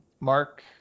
Mark